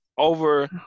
over